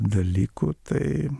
dalykų tai